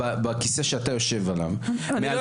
בכיסא שאתה יושב עליו- -- אני לא